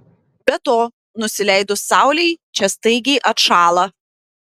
be to nusileidus saulei čia staigiai atšąla